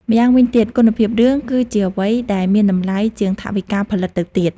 ម្យ៉ាងវិញទៀត គុណភាពរឿង គឺជាអ្វីដែលមានតម្លៃជាងថវិកាផលិតទៅទៀត។